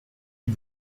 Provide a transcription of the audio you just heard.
rue